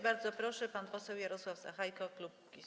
Bardzo proszę, pan poseł Jarosław Sachajko, klub Kukiz’15.